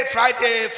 Friday